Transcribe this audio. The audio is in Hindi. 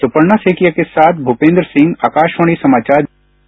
सुपर्णा सैकिया के साथ मूपेन्द्र सिंह आकाशवाणी समाचार दिल्ली